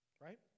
right